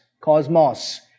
cosmos